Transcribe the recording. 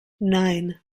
nine